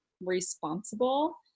responsible